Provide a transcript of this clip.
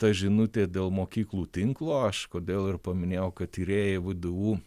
ta žinutė dėl mokyklų tinklo aš kodėl ir paminėjau kad tyrėjai vdu